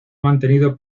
mantenido